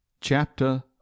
Chapter